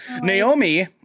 Naomi